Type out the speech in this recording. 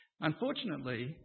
Unfortunately